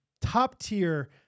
top-tier